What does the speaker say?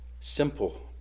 simple